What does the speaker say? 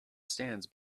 stands